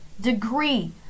degree